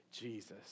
Jesus